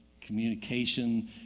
communication